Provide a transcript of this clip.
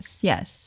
Yes